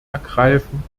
ergreifen